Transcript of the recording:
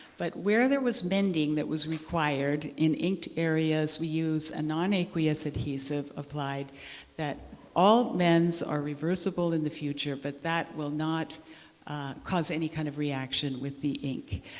but where there was mending that was required in inked areas, we used a non-aqueous adhesive applied that all mends are reversible in the future. but that will not cause any kind of reaction with the ink.